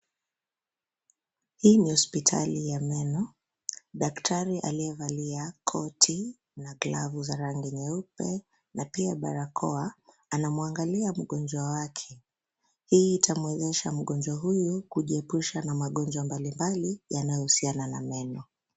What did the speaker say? Hii ni hospitali ya meno, daktari aliyevalia koti na glavu za rangi nyeupe na pia barakoa, anamwangalia mgonjwa wake. Hii itamwezesha mgonjwa huyu kujiepusha na magonjwa mbalimbali yanayohusiana na meno.